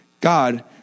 God